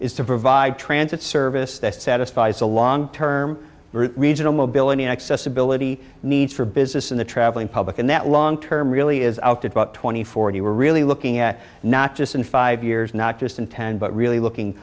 is to provide transit service that satisfies the long term regional mobility accessibility needs for business in the traveling public and that long term really is out about twenty forty we're really looking at not just in five years not just in ten but really looking